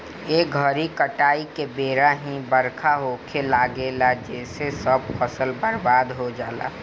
ए घरी काटाई के बेरा ही बरखा होखे लागेला जेसे सब फसल बर्बाद हो जाला